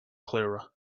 clara